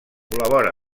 col·labora